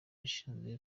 ushinzwe